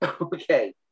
Okay